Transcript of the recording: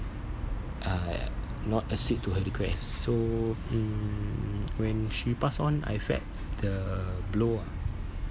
uh not accede to her requests so mm when she pass on I felt the blow ah